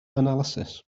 analysis